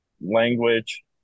language